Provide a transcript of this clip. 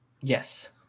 Yes